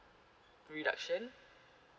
reduction